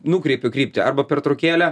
nukreipiu kryptį arba pertraukėlę